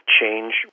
change